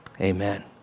Amen